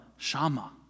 Shama